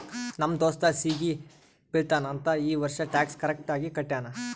ನಮ್ ದೋಸ್ತ ಸಿಗಿ ಬೀಳ್ತಾನ್ ಅಂತ್ ಈ ವರ್ಷ ಟ್ಯಾಕ್ಸ್ ಕರೆಕ್ಟ್ ಆಗಿ ಕಟ್ಯಾನ್